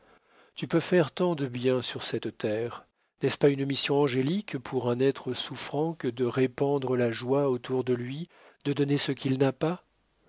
tu peux faire tant de bien sur cette terre n'est-ce pas une mission angélique pour un être souffrant que de répandre la joie autour de lui de donner ce qu'il n'a pas